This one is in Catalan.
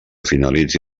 finalitzi